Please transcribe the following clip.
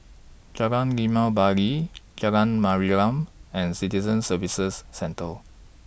Jalan Limau Bali Jalan Mariam and Citizen Services Centre